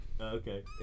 Okay